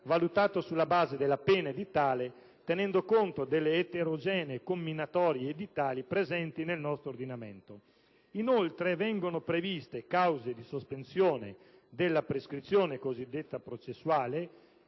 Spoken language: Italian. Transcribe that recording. valutato sulla base della pena edittale, tenendo conto delle eterogenee comminatorie edittali presenti nel nostro ordinamento. Inoltre, vengono previste cause di sospensione della prescrizione cosiddetta processuale,